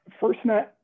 FirstNet